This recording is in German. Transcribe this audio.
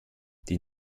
die